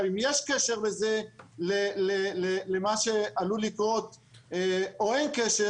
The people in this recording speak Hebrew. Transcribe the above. אם יש קשר לזה למה שעלול לקרות או אין קשר,